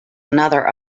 another